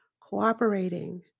cooperating